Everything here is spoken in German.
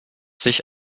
sich